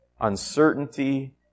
uncertainty